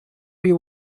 you